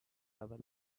towel